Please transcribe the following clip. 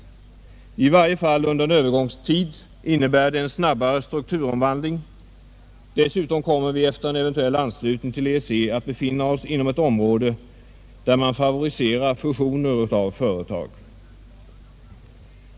Det innebär i varje fall under en övergångstid snabbare strukturomvandling. Dessutom kommer vi efter en eventuell anslutning till EEC att befinna oss inom ett område där man favoriserar fusioner av företag.